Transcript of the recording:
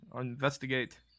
investigate